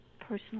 personal